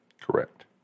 Correct